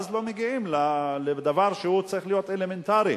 ואז לא מגיעים לדבר שצריך להיות אלמנטרי: